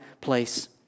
place